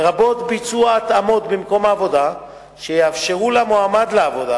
לרבות ביצוע התאמות במקום העבודה שיאפשרו למועמד לעבודה